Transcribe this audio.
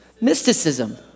Mysticism